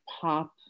pop